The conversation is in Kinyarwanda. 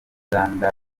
uganda